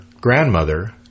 grandmother